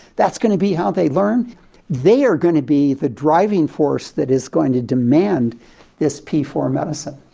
that's going to be how they learn they are going to be the driving force that is going to demand this p four medicine.